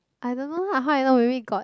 I don't know lah how I know maybe got